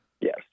Yes